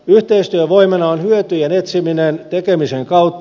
yhteistyön voimana on hyötyjen etsiminen tekemisen kautta